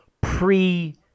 pre